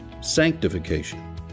sanctification